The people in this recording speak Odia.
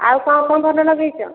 ଆଉ କଣ କଣ ଭଲ ଲଗେଇଛ